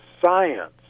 science